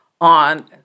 on